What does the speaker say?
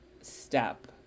step